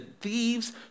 thieves